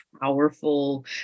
powerful